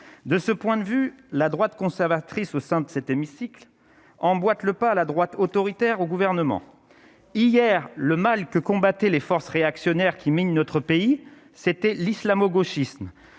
de ce point de vue, la droite conservatrice au sein de cet hémicycle emboîte le pas à la droite autoritaire au gouvernement hier le mal que combattaient les forces réactionnaires qui mine notre pays, c'était l'islamo-gauchisme,